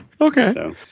Okay